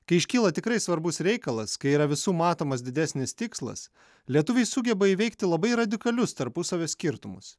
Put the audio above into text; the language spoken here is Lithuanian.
kai iškyla tikrai svarbus reikalas kai yra visų matomas didesnis tikslas lietuviai sugeba įveikti labai radikalius tarpusavio skirtumus